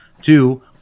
two